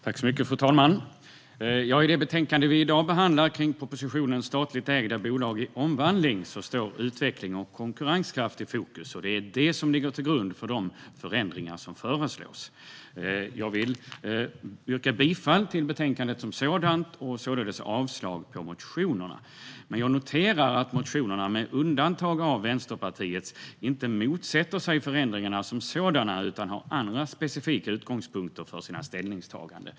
Fru talman! I det betänkande vi i dag behandlar om propositionen Statligt ägda bolag i omvandling står utveckling och konkurrenskraft i fokus. Det är det som ligger till grund för de förändringar som föreslås. Jag vill yrka bifall till utskottets förslag i betänkandet och således avslag på motionerna. Men jag noterar att man i motionerna, med undantag av Vänsterpartiets, inte motsätter sig förändringarna som sådana utan har andra specifika utgångspunkter för sina ställningstaganden.